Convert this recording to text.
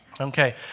Okay